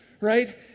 right